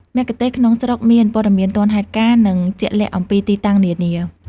មគ្គុទ្ទេសក៍ក្នុងស្រុកមាន ព័ត៌មានទាន់ហេតុការណ៍ និងជាក់លាក់ អំពីទីតាំងនានា។